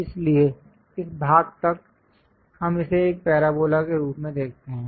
इसलिए इस भाग तक हम इसे एक पैराबोला के रूप में देखते हैं